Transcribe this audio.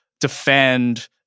defend